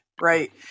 Right